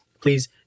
please